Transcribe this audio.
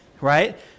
right